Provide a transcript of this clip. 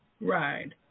Right